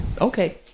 Okay